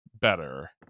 Better